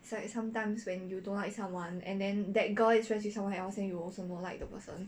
is like sometimes when you don't like someone and then that girl is friends with someone else then you will also don't like the person